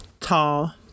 Tall